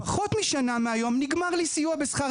וביחד איתכם ולהקשיב לכם כי אנחנו פה בשבילכם.